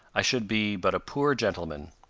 i should be but a poor gentleman.